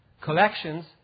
collections